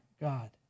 God